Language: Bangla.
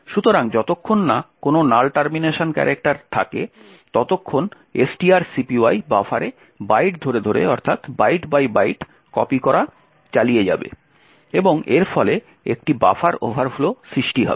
সুতরাং যতক্ষণ না কোনও নাল টার্মিনেশন ক্যারেক্টার না থাকে ততক্ষণ strcpy বাফারে বাইট ধরে ধরে কপি করা চালিয়ে যাবে এবং এর ফলে একটি বাফার ওভারফ্লো সৃষ্টি হবে